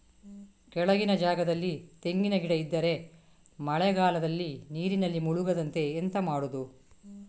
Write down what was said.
ಕೆಳಗಿನ ಜಾಗದಲ್ಲಿ ತೆಂಗಿನ ಗಿಡ ಇದ್ದರೆ ಮಳೆಗಾಲದಲ್ಲಿ ನೀರಿನಲ್ಲಿ ಮುಳುಗದಂತೆ ಎಂತ ಮಾಡೋದು?